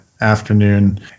afternoon